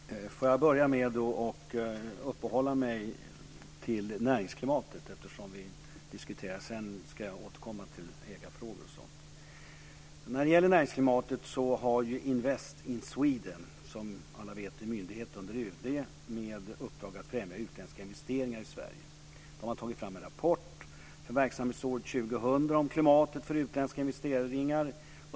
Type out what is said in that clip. Herr talman! Får jag börja med att uppehålla mig vid näringsklimatet, eftersom vi diskuterar det. Sedan ska jag återkomma till ägarfrågor och sådant. När det gäller näringsklimatet har Invest in Sweden, som alla vet är en myndighet under UD med uppdrag att främja utländska investeringar i Sverige, tagit fram en rapport för verksamhetsåret 2000 om klimatet för utländska investeringar.